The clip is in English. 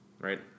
right